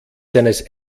seines